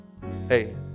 Hey